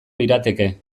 lirateke